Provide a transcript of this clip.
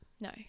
no